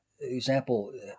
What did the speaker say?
example